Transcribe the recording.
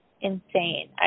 insane